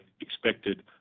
expected